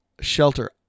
shelter